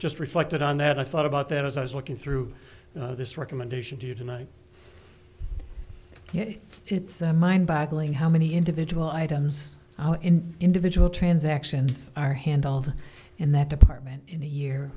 just reflected on that i thought about that as i was looking through this recommendation to you tonight it's mind boggling how many individual items in individual transactions are handled in that department in a year